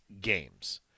games